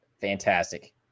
fantastic